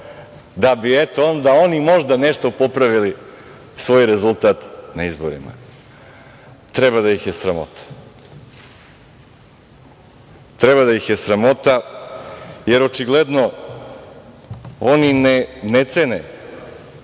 da bi, eto, onda oni, možda, nešto popravili svoj rezultat na izborima. Treba da ih je sramota. Treba da ih je sramota, jer očigledno oni ne cene